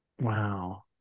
Wow